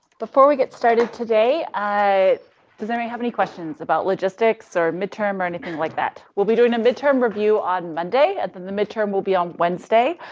before we get started today, i does anybody have any questions about logistics, or midterm, or anything like that? we'll be doing a midterm review on monday, and the midterm will be on wednesday.